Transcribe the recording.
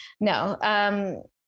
No